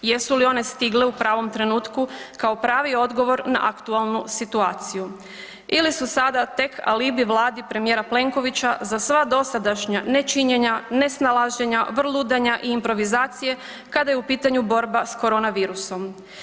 Jesu li one stigle u pravom trenutku kao pravi odgovor na aktualnu situaciju ili su sada tek alibi Vladi premijera Plenkovića za sva dosadašnja nečinjenja, nesnalaženja, vrludanja i improvizacije kada je u pitanju borba s korona virusom?